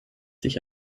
sich